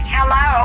Hello